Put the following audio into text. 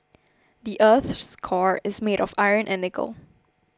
the earth's core is made of iron and nickel